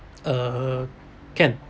uh can